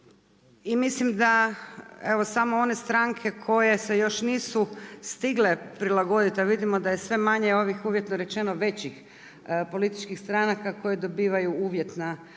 I mislim da samo one stranke koje se još nisu stigle prilagoditi, a vidimo da je sve manje ovih uvjetno rečeno većih političkih stranka koje dobivaju uvjetna mišljenja.